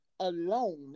alone